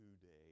today